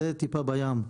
זה טיפה בים.